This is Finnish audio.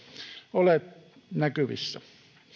ole näkyvissä